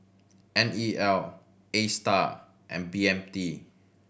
N E L Astar and B M T